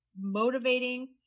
motivating